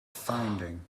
founding